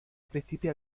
principio